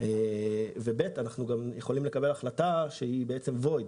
וגם משפיע על חוקיות החלטה שתתקבל.